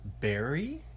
berry